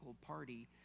party